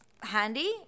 handy